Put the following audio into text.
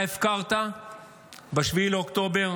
אתה הפקרת ב-7 באוקטובר,